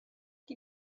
die